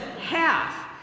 half